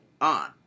on